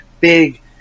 big